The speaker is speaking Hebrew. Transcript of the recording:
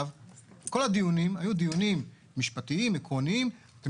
במקום שהקבלנים יעמדו איתנו על העיקרון הכי חשוב שיש